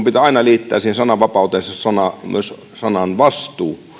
pitää aina liittää siihen sananvapauteen myös sanan vastuu